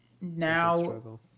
Now